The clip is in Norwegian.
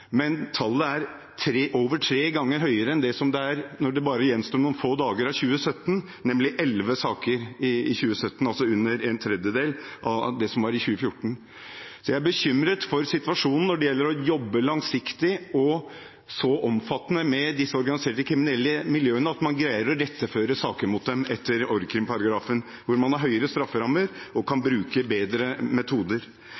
men tallet var over tre ganger høyere enn det er når det bare gjenstår noen få dager av 2017, nemlig 11 saker i 2017, altså under en tredjedel av det som var i 2014. Så jeg er bekymret for situasjonen når det gjelder å jobbe langsiktig og omfattende med disse organiserte kriminelle miljøene, og for om man greier å rettføre saker mot dem etter org.krim-paragrafen, hvor man har høyere strafferammer og